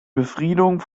befriedung